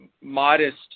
Modest